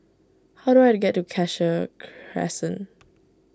how do I get to Cassia Crescent